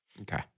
Okay